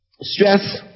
Stress